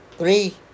three